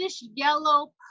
yellow